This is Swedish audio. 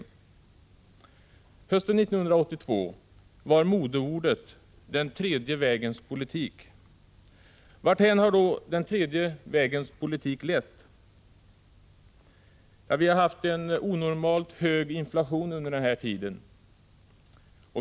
Hösten 1982 var modeordet den tredje vägens politik. Varthän har då den tredje vägens politik lett? Vi har en haft en onormalt hög inflation under denna tid.